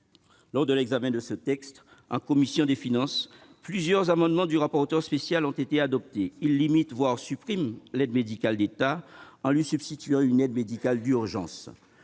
Lors de l'examen de ce texte en commission des finances, plusieurs amendements du rapporteur spécial ont été adoptés. Ils limitent, voire suppriment l'AME, en lui substituant une aide médicale d'urgence.